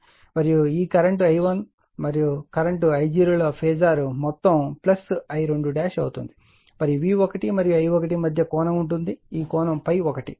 మరియు ఈ current I1 current I0 ల ఫేజార్ మొత్తం I2అవుతుంది మరియు V1 మరియు I1 మధ్య కోణం ఉంటుంది ఈ కోణం ∅1